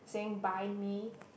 saying buy me